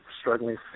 struggling